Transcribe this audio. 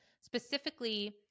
Specifically